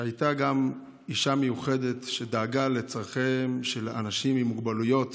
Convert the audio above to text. שהייתה גם אישה מיוחדת ודאגה לצורכיהם של אנשים עם מוגבלויות.